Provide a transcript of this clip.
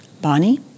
Bonnie